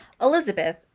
Elizabeth